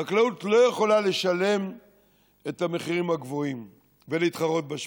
חקלאות לא יכולה לשלם את המחירים הגבוהים ולהתחרות בשווקים.